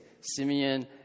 Simeon